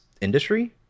industry